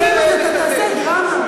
חשוב כרגע בחוקים האלה?